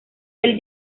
del